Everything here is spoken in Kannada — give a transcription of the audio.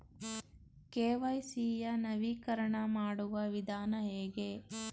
ಕೆ.ವೈ.ಸಿ ಯ ನವೀಕರಣ ಮಾಡುವ ವಿಧಾನ ಹೇಗೆ?